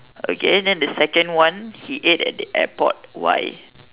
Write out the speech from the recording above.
okay then the second he ate at the airport why